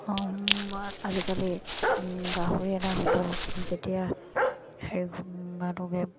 আজিকালি গাহৰি এটা হয়তো যেতিয়া হেৰি